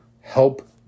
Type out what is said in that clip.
help